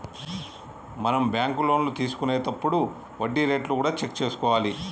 మనం బ్యాంకు లోన్లు తీసుకొనేతప్పుడు వడ్డీ రేట్లు కూడా చెక్ చేసుకోవాలి